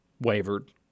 wavered